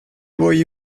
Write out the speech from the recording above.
boy